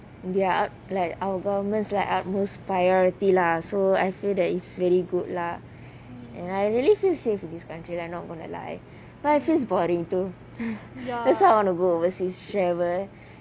they're like our government's like utmost priority lah so I feel that is very good lah and I really feel safe for this country I'm not going to lie but it feels boring too that's why I want to go overseas travel